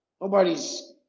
nobody's